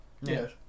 Yes